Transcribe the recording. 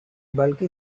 bulky